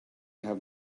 have